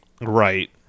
right